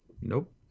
Nope